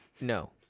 no